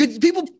people